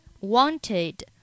wanted